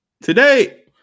Today